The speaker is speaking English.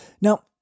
Now